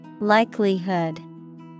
Likelihood